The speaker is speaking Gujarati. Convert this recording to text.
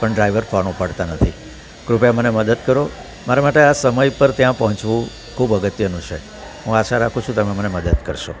પણ ડ્રાઈવર ફોન ઉપાડતા નથી કૃપયા મને મદદ કરો મારા માટે આ સમય પર ત્યાં પહોંચવું ખૂબ અગત્યનું છે હું આશા રાખું છું તમે મને મદદ કરશો